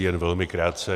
Jen velmi krátce.